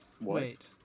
Wait